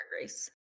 race